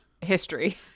history